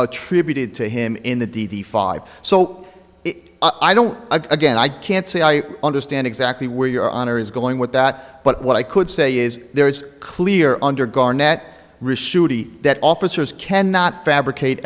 attributed to him in the d d five so i don't again i can't say i understand exactly where your honor is going with that but what i could say is there it's clear under guard net that officers can not fabricate